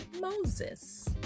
Moses